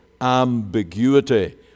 ambiguity